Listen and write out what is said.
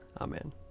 Amen